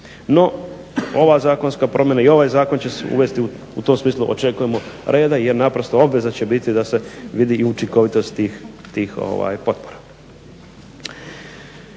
No ova zakonska promjena i ovaj zakon će uvesti u tom smislu očekujemo reda jer će obveza biti da se vidi učinkovitost tih potpora.